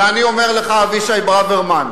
ואני אומר לך, אבישי ברוורמן,